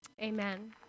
Amen